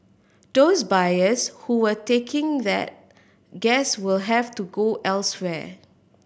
those buyers who were taking that gas will have to go elsewhere